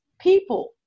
people